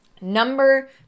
Number